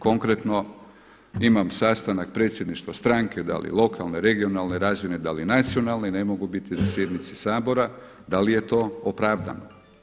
Konkretno imam sastanak predsjedništva stranke, da li lokalne, regionalne razine, da li nacionalne i ne mogu biti na sjednici Sabora, da li je to opravdano?